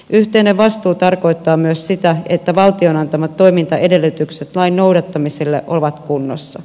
yhteinen vastuu tarkoittaa myös sitä että valtion antamat toimintaedellytykset lain noudattamiselle ovat kunnossa